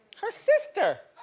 her sister,